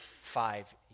five